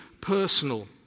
personal